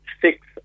six